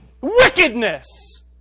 wickedness